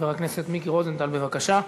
חבר הכנסת מיקי רוזנטל, בבקשה.